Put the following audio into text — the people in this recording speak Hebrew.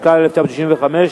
התשכ"ה 1965,